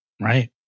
Right